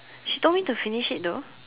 she told me to finish it though